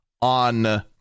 on